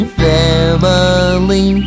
family